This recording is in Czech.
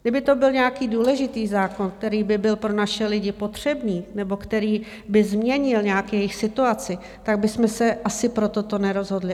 Kdyby to byl nějaký důležitý zákon, který by byl pro naše lidi potřebný nebo který by změnil nějak jejich situaci, tak bychom se asi pro toto nerozhodli.